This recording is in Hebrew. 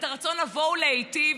את הרצון לבוא ולהיטיב.